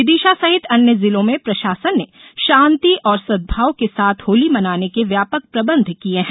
विदिशा सहित अन्य जिलों में प्रशासन ने शांति और सद्भाव के साथ होली मनाने के व्यापक प्रबंध किये हैं